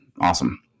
awesome